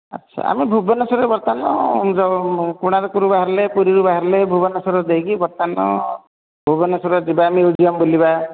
ଆଚ୍ଛା ଆମେ ଭୁବନେଶ୍ୱରରେ ବର୍ତ୍ତମାନ ଯେଉଁ କୋଣାର୍କରୁ ବାହାରିଲେ ପୁରୀରୁ ବାହାରିଲେ ଭୁବନେଶ୍ୱର ଦେଇକି ବର୍ତ୍ତମାନ ଭୁବନେଶ୍ୱର ଯିବା ମିଉଜିଅମ୍ ବୁଲିବା